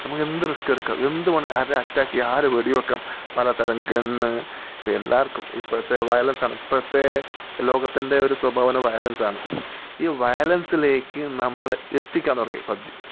നമ്മുക്കെന്ത് risk എടുക്കാം എന്ത് വേണമെങ്കിലും ആരെ അറ്റാക്ക് ചെയ്യാം ആരെ വെടി വയ്ക്കാം പലതരം ഗൺ പിന്നെ എല്ലാവർക്കും ഇപ്പോഴത്തെ വയലൻസ് ആണ് ഇപ്പോഴത്തെ ലോകത്തിന്റെ ഒരു സ്വഭാവമാണ് വയലൻസ് ആണ് ഈ വയലൻസിലേക്ക് നമ്മളെ എത്തിക്കാൻ തുടങ്ങി പബ്ജി